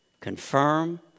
confirm